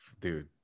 dude